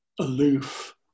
aloof